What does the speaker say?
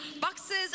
boxes